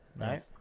Right